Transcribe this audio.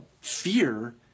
fear